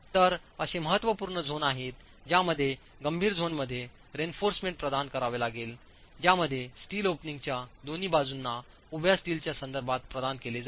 तर असे महत्त्वपूर्ण झोन आहेत ज्यामध्ये गंभीर झोनमध्ये रीइन्फोर्समेंट प्रदान करावे लागेल ज्यामध्ये स्टील ओपनिंगच्या दोन्ही बाजूंना उभ्या स्टीलच्या संदर्भात प्रदान केले जावे